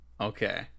Okay